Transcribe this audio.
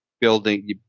building